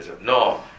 No